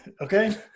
Okay